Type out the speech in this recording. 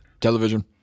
Television